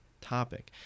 topic